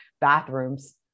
bathrooms